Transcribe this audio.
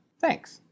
Thanks